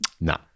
No